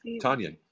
Tanya